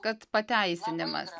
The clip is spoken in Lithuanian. kad pateisinimas